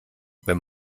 wenn